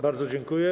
Bardzo dziękuję.